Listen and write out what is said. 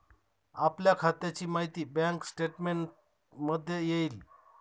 आपल्या खात्याची माहिती बँक स्टेटमेंटमध्ये येईल